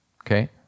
Okay